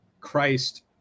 Christ